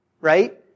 Right